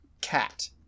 cat